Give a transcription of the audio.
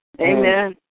Amen